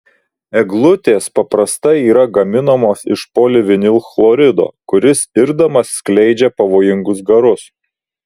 eglutės paprastai yra gaminamos iš polivinilchlorido kuris irdamas skleidžia pavojingus garus